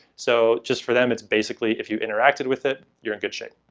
so just for them it's basically if you interacted with it, you're in good shape.